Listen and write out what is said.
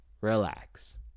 relax